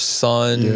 son